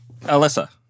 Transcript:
Alyssa